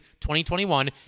2021